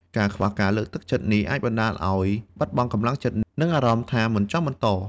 ការខ្វះការលើកទឹកចិត្តនេះ អាចបណ្តាលឲ្យបាត់បង់កម្លាំងចិត្ត និងអារម្មណ៍ថាមិនចង់បន្ត។